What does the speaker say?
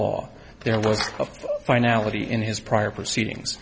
law there was finality in his prior proceedings